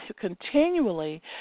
continually